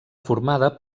formada